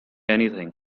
anything